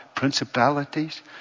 Principalities